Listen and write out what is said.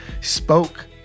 spoke